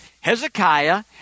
Hezekiah